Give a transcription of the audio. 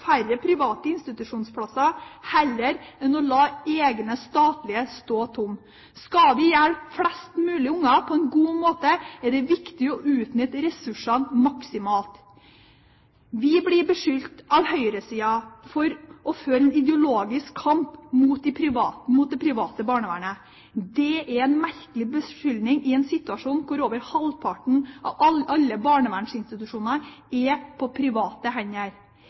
færre private institusjonsplasser heller enn å la egne statlige stå tomme. Skal vi hjelpe flest mulig unger på en god måte, er det viktig å utnytte ressursene maksimalt. Vi blir beskyldt av høyresida for å føre en ideologisk kamp mot det private barnevernet. Det er en merkelig beskyldning i en situasjon hvor over halvparten av alle barnevernsinstitusjoner er på private hender.